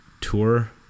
tour